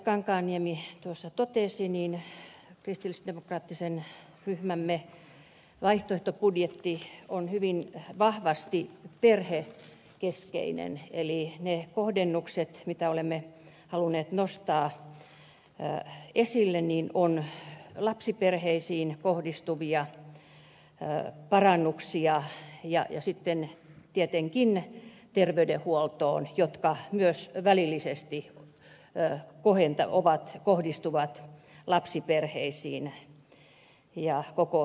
kankaanniemi tuossa totesi kristillisdemokraattisen ryhmämme vaihtoehtobudjetti on hyvin vahvasti perhekeskeinen eli ne kohdennukset mitä olemme halunneet nostaa esille ovat lapsiperheisiin kohdistuvia parannuksia ja tietenkin terveydenhuoltoon ja ne myös välillisesti kohdistuvat lapsiperheisiin ja koko väestöön